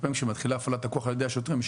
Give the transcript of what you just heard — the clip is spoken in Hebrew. הרבה פעמים כשמתחילה הפעלת הכוח על ידי השוטרים יש